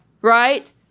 right